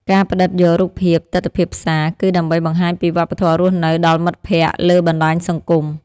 ការផ្ដិតយករូបភាពទិដ្ឋភាពផ្សារ គឺដើម្បីបង្ហាញពីវប្បធម៌រស់នៅដល់មិត្តភក្ដិលើបណ្ដាញសង្គម។